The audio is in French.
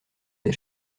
des